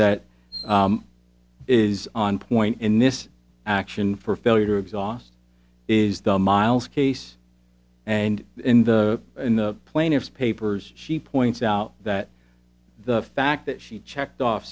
that is on point in this action for failure exhaust is the miles case and in the in the plaintiff's papers she points out that the fact that she checked off